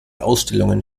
ausstellungen